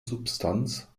substanz